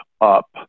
up